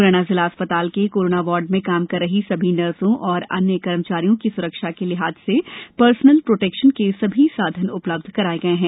म्रैना जिला अस्पताल के कोरोना वार्ड में काम कर रहीं सभी नर्सो एवं अन्य कर्मचारियों की स्रक्षा के लिहाज से पर्सनल प्रोटेक्शन के सभी साधन उपलब्ध कराए गए हैं